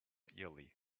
early